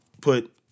put